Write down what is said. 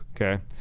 Okay